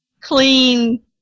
clean